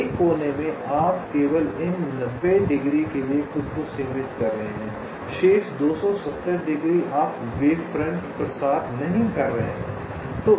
एक कोने में आप केवल इन 90 डिग्री के लिए खुद को सीमित कर रहे हैं शेष 270 डिग्री आप वेव फ्रंट प्रचार नहीं कर रहे हैं